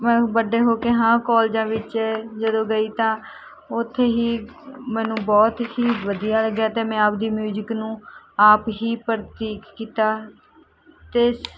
ਮੈਂ ਵੱਡੇ ਹੋ ਕੇ ਹਾਂ ਕਾਲਜਾਂ ਵਿੱਚ ਜਦੋਂ ਗਈ ਤਾਂ ਉੱਥੇ ਹੀ ਮੈਨੂੰ ਬਹੁਤ ਹੀ ਵਧੀਆ ਲੱਗਿਆ ਅਤੇ ਮੈਂ ਆਪਦੀ ਮਿਊਜਿਕ ਨੂੰ ਆਪ ਹੀ ਪ੍ਰਤੀਕ ਕੀਤਾ ਅਤੇ